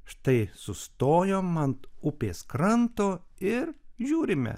štai sustojom ant upės kranto ir žiūrime